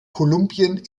kolumbien